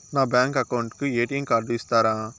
నా bank account కు ATM card ఇస్తారా